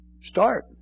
start